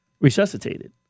resuscitated